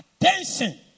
attention